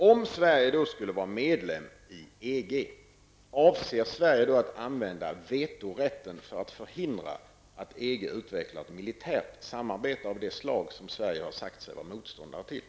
Om Sverige vid den tidpunkten skulle vara medlem i EG, avser Sverige då att använda vetorätten för att förhindra att EG utvecklar ett militärt samarbete av det slag som Sverige har sagt sig vara motståndare till?